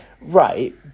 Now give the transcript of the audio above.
Right